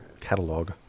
catalog